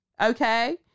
Okay